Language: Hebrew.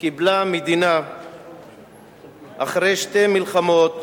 קיבלה מדינה אחרי שתי מלחמות,